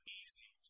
easy